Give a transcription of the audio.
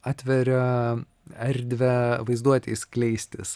atveria erdvę vaizduotei skleistis